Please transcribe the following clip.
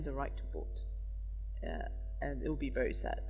the right to vote ya and it'll be very sad